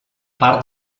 part